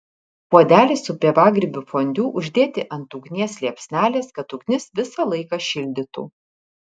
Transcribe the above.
puodelį su pievagrybių fondiu uždėti ant ugnies liepsnelės kad ugnis visą laiką šildytų